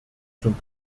zum